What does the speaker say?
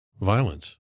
violence